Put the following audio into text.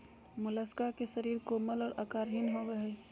Mollusca के शरीर कोमल और आकारहीन होबय हइ